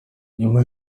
nyuma